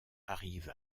arrive